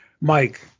Mike